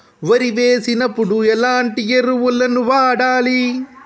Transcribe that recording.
వరి వేసినప్పుడు ఎలాంటి ఎరువులను వాడాలి?